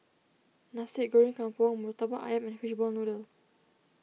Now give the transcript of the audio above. Nasi Goreng Kampung Murtabak Ayam and Fishball Noodle